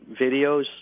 videos